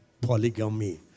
polygamy